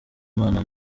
imana